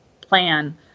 plan